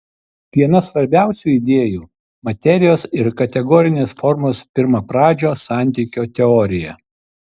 viena svarbiausių idėjų materijos ir kategorinės formos pirmapradžio santykio teorija